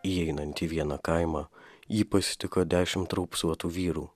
įeinantį į vieną kaimą jį pasitiko dešimt raupsuotų vyrų